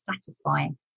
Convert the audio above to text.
satisfying